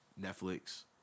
Netflix